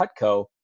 Cutco